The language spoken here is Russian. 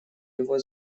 его